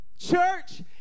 Church